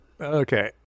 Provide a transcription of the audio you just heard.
Okay